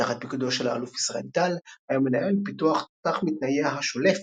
תחת פיקודו של האלוף ישראל טל היה מנהל פיתוח תותח מתנייע "השולף"